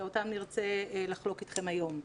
שאותם נרצה לחלוק אתכם היום.